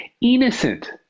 innocent